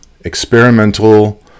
experimental